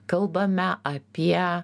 kalbame apie